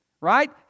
right